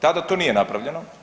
Tada to nije napravljeno.